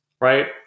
right